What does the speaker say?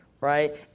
right